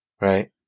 right